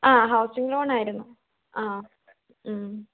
ആ ഹൗസിങ് ലോണായിരുന്നു ആ മ്മ്